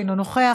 אינו נוכח,